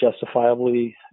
justifiably